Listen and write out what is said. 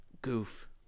Goof